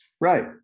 Right